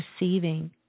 receiving